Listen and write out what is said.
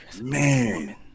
man